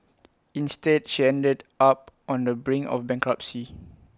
instead she ended up on the brink of bankruptcy